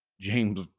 James